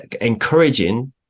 encouraging